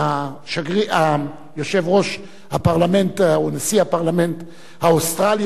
נשיא הפרלמנט האוסטרלי,